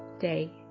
day